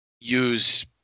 use